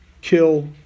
kill